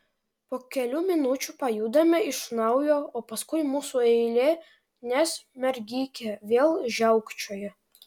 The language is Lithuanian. po kelių minučių pajudame iš naujo o paskui mūsų eilė nes mergikė vėl žiaukčioja